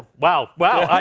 wow. wow.